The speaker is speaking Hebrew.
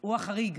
הוא החריג.